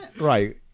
Right